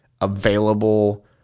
available